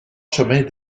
chemin